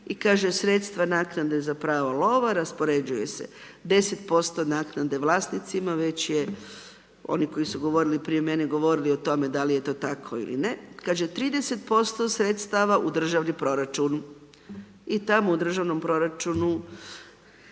i kaže, sredstva za naknade za pravo lova raspoređuje se, 10% naknade vlasnicima već je, oni koji su govorili prije mene, govorili da li je to tako ili ne, kaže 30% sredstava u državni proračun, i tamo u državnom proračunu